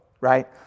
right